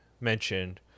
mentioned